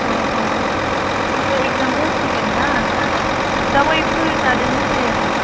अ अ दाथ' एक्जाम जासिगोन ना दावाइफोर जादोंना जायाखै